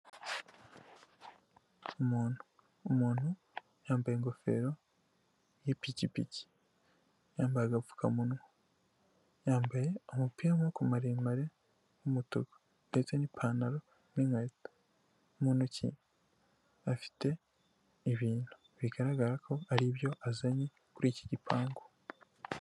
Umuntu, umuntu yambaye ingofero y'ipikipiki, yambaye agapfukamunwa, yambaye umupira w'amaboko maremare w'umutuku ndetse n'ipantaro n'inkweto, mu ntoki afite ibintu bigaragara ko aribyo azanye kuri iki gipangu.